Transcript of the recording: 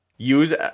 use